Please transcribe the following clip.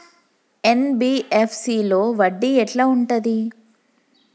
NBFC లో వడ్డీ ఎట్లా ఉంటది?